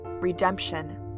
redemption